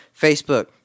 Facebook